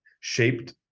shaped